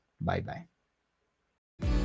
Bye-bye